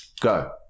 Go